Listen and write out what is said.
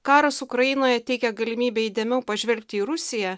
karas ukrainoje teikia galimybę įdėmiau pažvelgti į rusiją